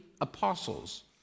apostles